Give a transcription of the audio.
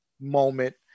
moment